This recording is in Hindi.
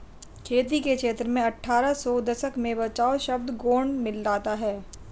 खेती के क्षेत्र में अट्ठारह सौ के दशक में बचाव शब्द गौण मिलता है